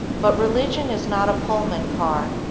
but religion is not a pullman car,